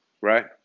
right